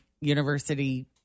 University